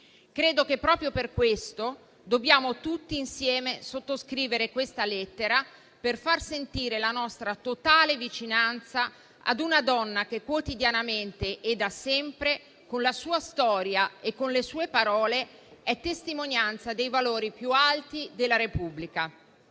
Credo che proprio per questo dobbiamo tutti insieme sottoscrivere questa lettera per far sentire la nostra totale vicinanza ad una donna che quotidianamente e da sempre, con la sua storia e con le sue parole, è testimonianza dei valori più alti della Repubblica.